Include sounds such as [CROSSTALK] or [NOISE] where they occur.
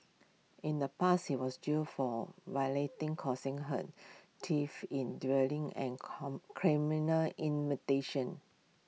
in the past he was jailed for [UNINTELLIGIBLE] causing hurt theft in dwelling and con criminal [UNINTELLIGIBLE]